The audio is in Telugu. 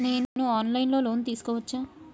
నేను ఆన్ లైన్ లో లోన్ తీసుకోవచ్చా?